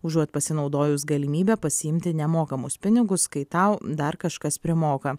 užuot pasinaudojus galimybe pasiimti nemokamus pinigus kai tau dar kažkas primoka